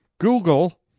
Google